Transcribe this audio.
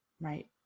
right